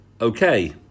Okay